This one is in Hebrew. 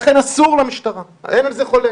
לכן אסור למשטרה, אין על זה חולק.